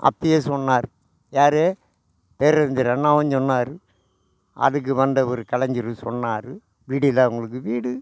அப்பயே சொன்னார் யார் பேரறிஞர் அண்ணாவும் சொன்னார் அதுக்கு வந்த ஒரு கலைஞர் சொன்னார் வீடு இல்லாதவங்களுக்கு வீடு